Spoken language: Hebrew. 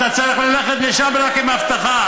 אתה צריך ללכת לשם רק עם אבטחה.